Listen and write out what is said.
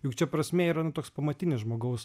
juk čia prasmė yra nu toks pamatinis žmogaus